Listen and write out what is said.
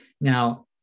Now